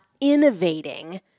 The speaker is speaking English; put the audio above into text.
innovating